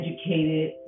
educated